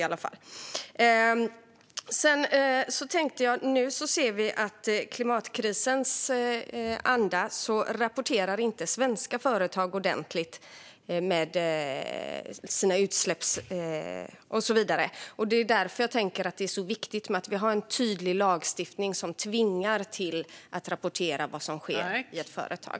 Vi ser nu att svenska företag trots klimatkrisen inte rapporterar sina utsläpp ordentligt. Det är därför jag tycker att det är viktigt att det finns en tydlig lagstiftning som innebär att företagen tvingas att rapportera vad som sker i verksamheten.